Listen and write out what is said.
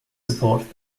support